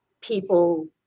people